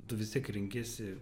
tu vis tiek renkiesi